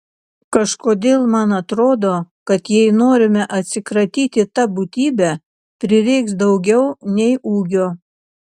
kažkodėl man atrodo kad jei norime atsikratyti ta būtybe prireiks daugiau nei ūgio